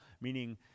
meaning